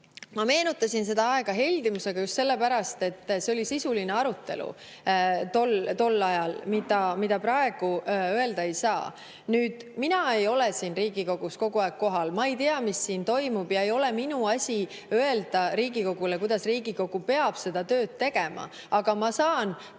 Ma meenutasin seda aega heldimusega just sellepärast, et see oli sisuline arutelu tol ajal, mida praeguse kohta öelda ei saa. Mina ei ole siin Riigikogus kogu aeg kohal, ma ei tea, mis siin toimub, ja ei ole minu asi öelda Riigikogule, kuidas peab seda tööd tegema, aga ma saan